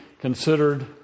considered